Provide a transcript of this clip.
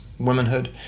womanhood